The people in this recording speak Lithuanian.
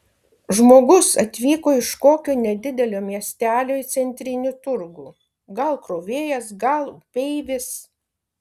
žmogus atvyko iš kokio nedidelio miestelio į centrinį turgų gal krovėjas gal upeivis